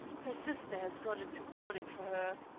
her sister has gone into mourning for her.